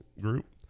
group